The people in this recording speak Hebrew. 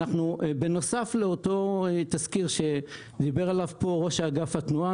בנוסף לאותו תזכיר שדיבר עליו פה ראש אגף התנועה,